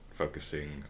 focusing